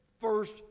first